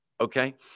Okay